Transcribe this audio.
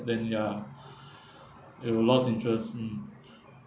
then ya you will lost interest mm